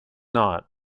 not